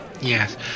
Yes